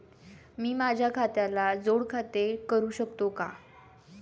मी माझ्या खात्याला जोड खाते करू शकतो का?